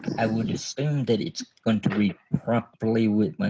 i would assume that it's going to be properly.